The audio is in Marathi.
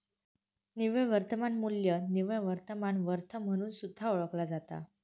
निव्वळ वर्तमान मू्ल्य निव्वळ वर्तमान वर्थ म्हणून सुद्धा ओळखला जाता